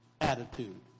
attitude